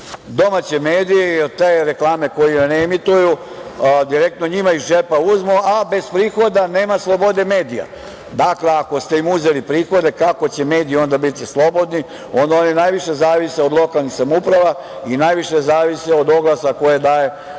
domaće medije jer te reklame koje oni reemituju direktno njima iz džepa uzmu, a bez prihoda nema slobode medija. Dakle, ako ste im uzeli prihode kako će mediji onda biti slobodni. Onda oni najviše zavise od lokalnih samouprava i najviše zavise od oglasa koje daje